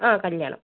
ആ കല്യാണം